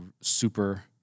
super